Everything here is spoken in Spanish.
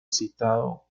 citado